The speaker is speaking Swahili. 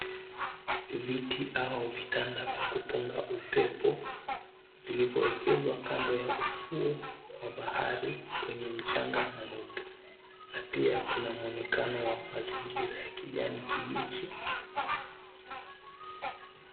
Viti au vitanda vya kupunga upepo vilivyoekezwa kando ya ufuo wa bahari wenye mchanga mweupe na pia kuna muonekano wa mazingira ya kijani kibichi.